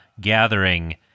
gathering